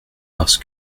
parce